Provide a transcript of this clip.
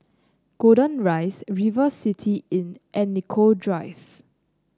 Golden Rise River City Inn and Nicoll Drive